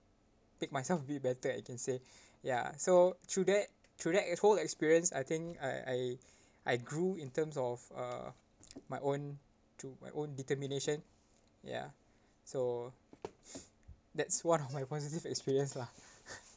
pick myself be better I can say ya so through that through that a whole experience I think I I I grew in terms of uh my own through my own determination ya so that's one of my positive experience lah